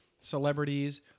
celebrities